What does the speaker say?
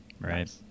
Right